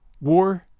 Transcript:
War